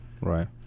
Right